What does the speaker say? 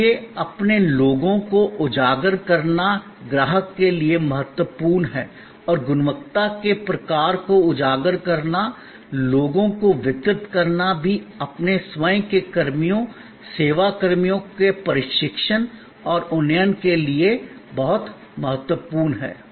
इसलिए अपने लोगों को उजागर करना ग्राहक के लिए महत्वपूर्ण है और गुणवत्ता के प्रकार को उजागर करना लोगों को वितरित करना भी अपने स्वयं के कर्मियों सेवा कर्मियों को प्रशिक्षण और उन्नयन के लिए बहुत महत्वपूर्ण है